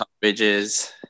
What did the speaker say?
Bridges